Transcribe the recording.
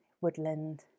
woodland